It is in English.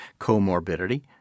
comorbidity